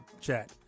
chat